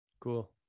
Cool